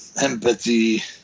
empathy